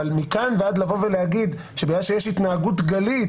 אבל מכאן לבוא ולהגיד שבגלל שיש התנהגות גלית